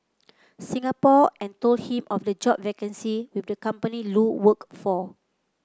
Singapore and told him of the job vacancy with the company Lu worked for